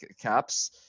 caps